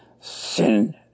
sin